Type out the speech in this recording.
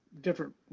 different